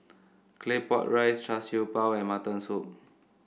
Claypot Rice Char Siew Bao and Mutton Soup